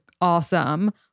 awesome